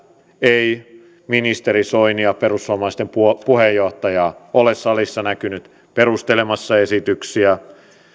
ei ministeri soinia perussuomalaisten puheenjohtajaa ole salissa näkynyt perustelemassa esityksiä